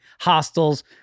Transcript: hostels